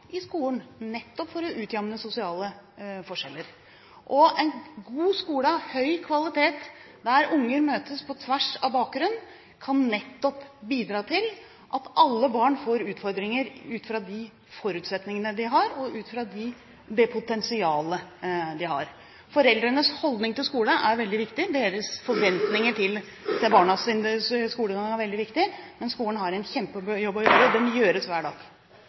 i skolen nettopp for å utjamne sosiale forskjeller. En god skole av høy kvalitet, der unger møtes på tvers av bakgrunn, kan bidra nettopp til at alle barn får utfordringer ut fra de forutsetningene de har, og ut fra det potensialet de har. Foreldrenes holdning til skole er veldig viktig, deres forventinger til barnas skolegang er veldig viktig – men skolen har en kjempejobb å gjøre, og den gjøres hver dag.